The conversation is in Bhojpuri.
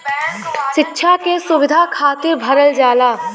सिक्षा के सुविधा खातिर भरल जाला